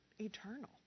eternal